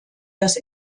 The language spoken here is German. das